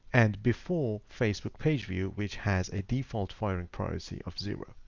and before facebook page view, which has a default firing privacy of zero,